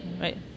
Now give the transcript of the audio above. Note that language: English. right